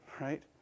right